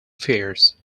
fears